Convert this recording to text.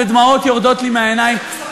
ודמעות יורדות לי מהעיניים,